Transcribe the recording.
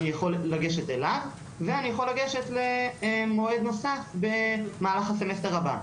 אני יכול לגשת אליו ואני יכול לגשת למועד נוסף במהלך הסמסטר הבא.